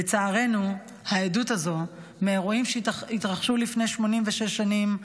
לצערנו, העדות הזו מאירועים שהתרחשו לפני 86 שנים,